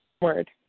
word